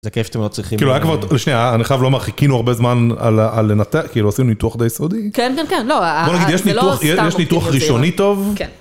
‫זה כיף שאתם לא צריכים... ‫-כאילו, רק עוד שנייה, ‫אני חייב לומר, חיכינו הרבה זמן ‫על לנתח, עשינו ניתוח די יסודי. ‫כן, כן, כן, לא, זה לא סתם... ‫-יש ניתוח ראשוני טוב? כן